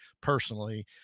personally